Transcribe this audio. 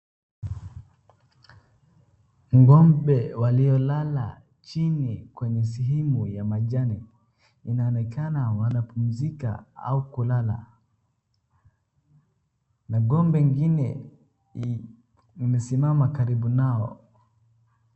Ng'ombe waliolala chini kwenye sehemu ya majani wanaonekana wamepumzika au kulala, ng'ombe ingine amesimama karibu nao.